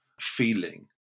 feeling